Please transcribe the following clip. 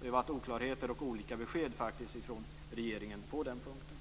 Det har varit oklarheter och olika besked från regeringen på den punkten.